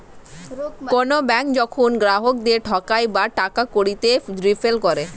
কোনো ব্যাঙ্ক যখন গ্রাহকদেরকে ঠকায় বা টাকা কড়িতে গাফিলতি করে